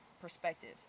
perspective